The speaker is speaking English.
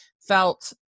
felt